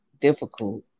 difficult